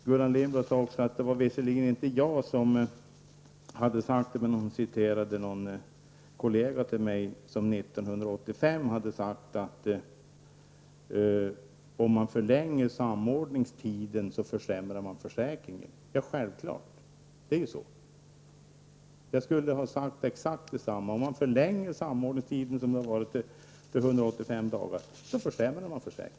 Gullan Lindblad sade att det visserligen inte var ett uttalande av mig, men hon citerade en kollega till mig som 1985 uttalade att om man förlänger samordningstiden, försämrar man försäkringen. Det är ju självklart att det är så. Jag skulle själv ha uttalat mig på samma sätt. Om man förlänger samordningstiden till 185 dagar, försämrar man försäkringen.